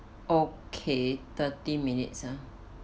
okay thirty minutes ah